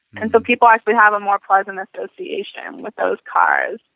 and so people actually have a more pleasant association with those cars,